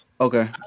okay